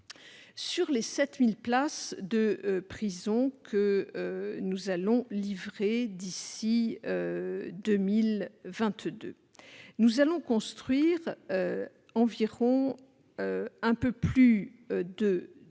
Sur les 7 000 places de prison que nous allons livrer d'ici à 2022, nous allons en construire environ 2 000 dans des